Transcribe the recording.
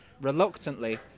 Reluctantly